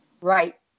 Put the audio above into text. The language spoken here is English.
Right